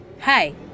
Hi